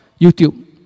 YouTube